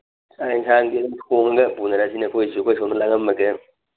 ꯆꯥꯛ ꯑꯦꯟꯁꯥꯡꯗꯤ ꯊꯣꯡꯉꯒ ꯄꯨꯅꯔꯁꯤꯅꯦ ꯑꯩꯈꯣꯏꯁꯨ ꯑꯩꯈꯣꯏ ꯁꯣꯝꯗ ꯂꯥꯡꯉꯝꯃꯒꯦ